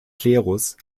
klerus